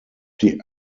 die